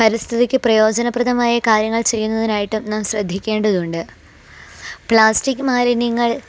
പരിസ്ഥിതിക്ക് പ്രയോജനപ്രദമായ കാര്യങ്ങൾ ചെയ്യുന്നതിനായിട്ട് നാം ശ്രദ്ധിക്കേണ്ടതുണ്ട് പ്ലാസ്റ്റിക് മാലിന്യങ്ങൾ